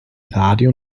radio